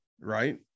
Right